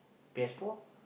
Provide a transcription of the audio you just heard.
P_S-four